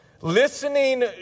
Listening